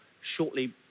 shortly